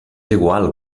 igual